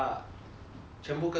全部跟住你 lah